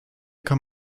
kann